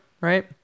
right